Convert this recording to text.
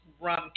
Rum